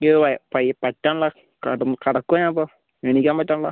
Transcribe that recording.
എനിക്ക് വയ്യ പറ്റണില്ല കിടക്കുകയാണ് ഞാനിപ്പോൾ എണീക്കാൻ പറ്റണില്ല